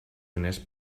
diners